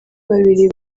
babiri